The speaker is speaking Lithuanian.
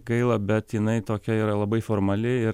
gaila bet jinai tokia yra labai formali ir